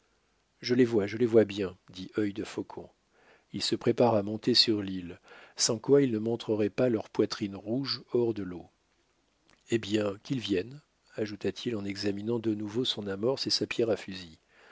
je les vois je les vois bien dit œil de faucon ils se préparent à monter sur l'île sans quoi ils ne montreraient pas leur poitrine rouge hors de l'eau eh bien qu'ils viennent ajouta-t-il en examinant de nouveau son amorce et sa pierre à fusil